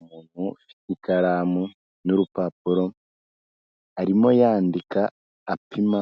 Umuntu afite ikaramu n'urupapuro arimo yandika, apima